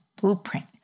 blueprint